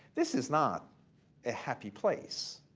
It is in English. this is not a happy place.